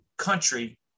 country